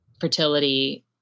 fertility